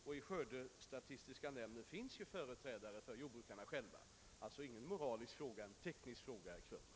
Och i skördestatistiska nämnden finns ju företrädare för jordbrukarna själva. Detta är alltså ingen moralisk fråga utan det är en teknisk fråga, herr Krönmark.